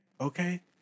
okay